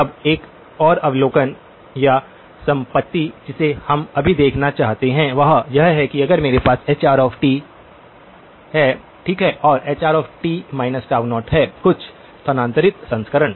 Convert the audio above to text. अब एक और अवलोकन या संपत्ति जिसे हम अभी देखना चाहते हैं वह यह है कि अगर मेरे पास hr ठीक है और hr है कुछ स्थानांतरित संस्करण